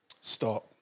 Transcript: stop